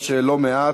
ויש לא מעט.